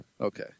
Okay